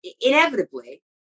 inevitably